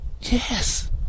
Yes